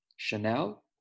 chanel